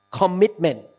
commitment